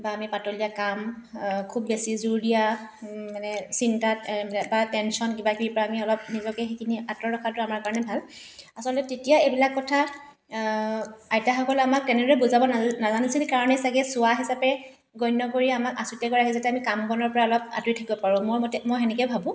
বা আমি পাতলীয়া কাম খুব বেছি জোৰ দিয়া মানে চিন্তাত বা টেনশ্যন কিবাকিবিৰ পৰা আমি অলপ নিজকে সেইখিনি আঁতৰত ৰখাটো আমাৰ কাৰণে ভাল আচলতে তেতিয়া এইবিলাক কথা আইতাসকলে আমাক তেনেদৰে বুজাব নাজা নাজানিছিল কাৰণেই চাগে চুৱা হিচাপে গণ্য কৰি আমাক আঁচুতীয়াকৈ ৰাখিছিল যাতে আমি কাম বনৰ পৰা অলপ আঁতৰি থাকিব পাৰোঁ মোৰ মতে মই সেনেকৈ ভাবোঁ